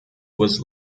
was